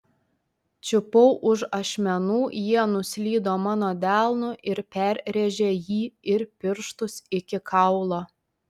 čiupau už ašmenų jie nuslydo mano delnu ir perrėžė jį ir pirštus iki kaulo